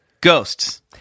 Ghosts